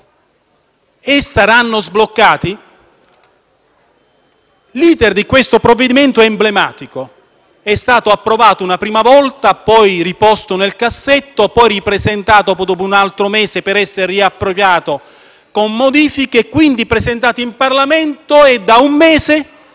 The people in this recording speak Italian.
Saranno sbloccati? L*'iter* di questo provvedimento è emblematico: è stato approvato una prima volta, poi riposto nel cassetto, poi ripresentato, dopo un altro mese, per essere riapprovato con modifiche, quindi presentato in Parlamento e, da un mese,